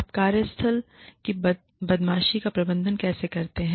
आप कार्यस्थल की बदमाशी का प्रबंधन कैसे करते हैं